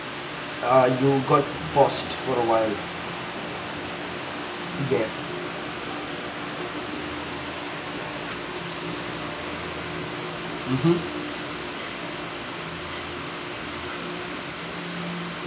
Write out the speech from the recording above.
ah you got paused for a while yes mmhmm